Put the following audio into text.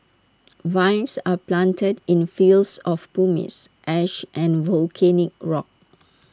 vines are planted in fields of pumice ash and volcanic rock